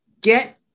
get